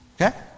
Okay